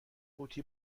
قوطی